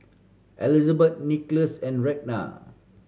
Elisabeth Nicolas and Ragna